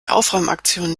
aufräumaktion